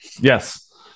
Yes